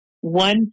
one